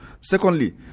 Secondly